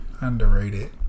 underrated